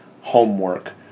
homework